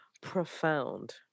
profound